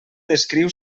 descriu